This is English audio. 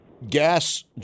Gas